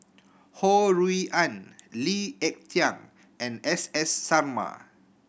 Ho Rui An Lee Ek Tieng and S S Sarma